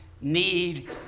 need